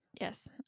yes